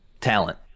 talent